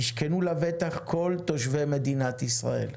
ישכנו לבטח כל תושבי מדינת ישראל".